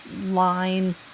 line